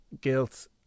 guilt